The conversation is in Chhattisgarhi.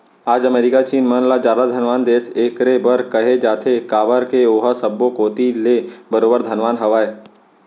आज अमेरिका चीन मन ल जादा धनवान देस एकरे बर कहे जाथे काबर के ओहा सब्बो कोती ले बरोबर धनवान हवय